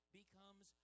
becomes